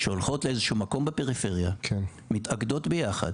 שהולכות לאיזשהו מקום בפריפריה, מתאגדות ביחד